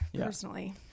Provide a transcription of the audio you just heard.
personally